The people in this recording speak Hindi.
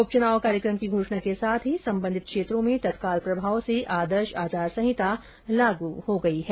उपचुनाव कार्यक्रम की घोषणा के साथ ही संबंधित क्षेत्रों में तत्काल प्रभाव से आदर्श आचार संहिता लागू हो गई है